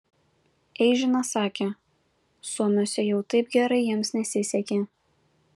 eižinas sakė suomiuose jau taip gerai jiems nesisekė